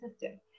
system